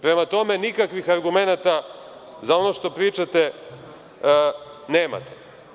Prema tome, nikakvih argumenata za ono što pričate nemate.